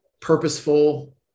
purposeful